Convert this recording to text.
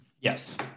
yes